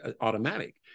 automatic